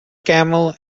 camel